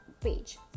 page